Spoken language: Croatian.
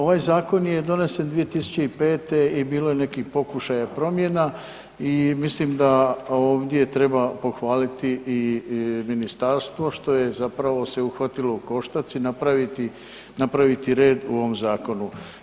Ovaj zakon je donesen 2005. i bilo je nekih pokušaja promjena i mislim da ovdje treba pohvaliti i ministarstvo što je zapravo se uhvatilo u koštac i napraviti, napraviti red u ovom zakonu.